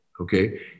okay